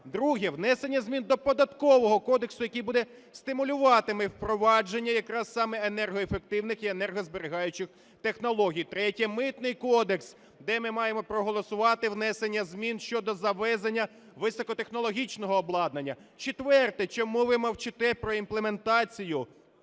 Друге. Внесення змін до Податкового кодексу, який буде стимулювати впровадження якраз саме енергоефективних і енергозберігаючих технологій. Третє. Митний кодекс, де ми маємо проголосувати внесення змін щодо завезення високотехнологічного обладнання. Четверте. Чому ви мовчите про імплементацію